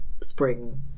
Spring